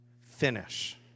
Finish